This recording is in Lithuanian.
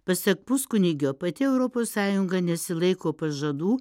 pasak puskunigio pati europos sąjunga nesilaiko pažadų